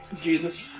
Jesus